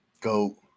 Go